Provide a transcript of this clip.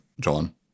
John